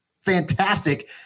fantastic